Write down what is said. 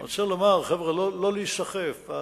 חבר'ה, לא להיסחף.